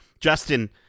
Justin